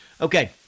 Okay